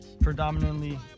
predominantly